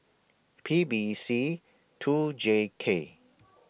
P B C two J K